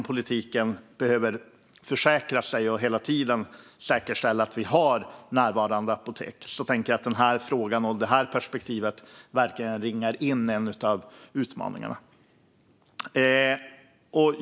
Politiken behöver hela tiden försäkra sig om och säkerställa att det finns nåbara apotek, och den här frågan ringar verkligen in en av utmaningarna.